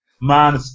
man